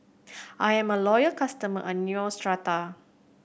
I'm a loyal customer of Neostrata